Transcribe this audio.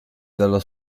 dallo